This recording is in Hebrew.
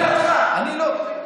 אני לא,